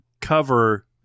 cover